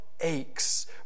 aches